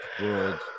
world